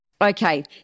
Okay